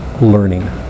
Learning